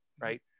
right